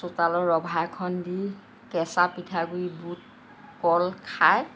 চোতালত ৰভা এখন দি কেঁচা পিঠাগুড়ি বুট কল খায়